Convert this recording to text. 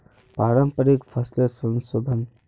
पारंपरिक फसलेर संशोधन